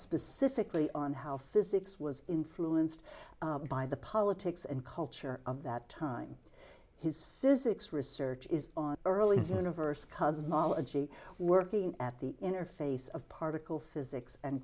specifically on how physics was influenced by the politics and culture of that time his physics research is on early universe because of knowledge working at the interface of particle physics and